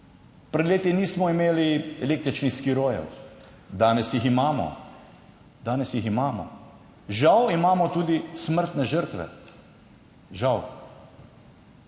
Pred leti nismo imeli električnih skirojev, danes jih imamo, žal imamo tudi smrtne žrtve,